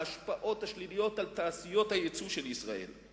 ההשפעות השליליות על תעשיות היצוא של ישראל.